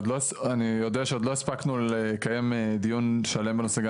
אני אודה שעוד לא הספקנו לקיים דיון שלם בנושא,